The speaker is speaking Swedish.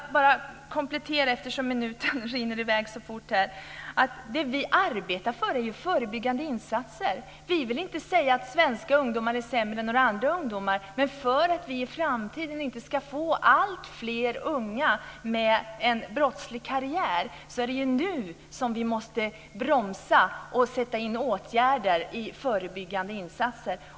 Det vi arbetar för är ju förebyggande insatser. Vi vill inte säga att svenska ungdomar är sämre än några andra ungdomar, men för att vi i framtiden inte ska få alltfler unga med en brottslig karriär är det nu vi måste bromsa och sätta in åtgärder i förebyggande insatser.